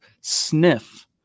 sniff